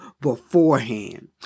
beforehand